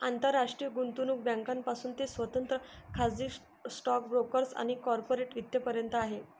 आंतरराष्ट्रीय गुंतवणूक बँकांपासून ते स्वतंत्र खाजगी स्टॉक ब्रोकर्स आणि कॉर्पोरेट वित्त पर्यंत आहे